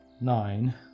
nine